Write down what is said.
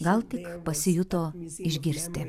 gal tik pasijuto išgirsti